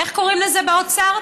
איך קוראים לזה באוצר?